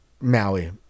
Maui